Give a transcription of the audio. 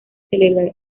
celebrar